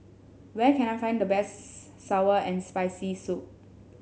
where can I find the best sour and Spicy Soup